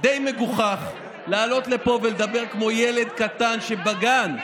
זה די מגוחך לעלות לפה ולדבר כמו ילד קטן בגן.